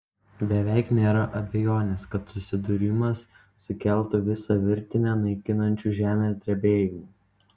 beveik nėra abejonės kad susidūrimas sukeltų visą virtinę naikinančių žemės drebėjimų